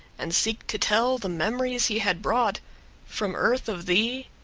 and seek to tell the memories he had brought from earth of thee,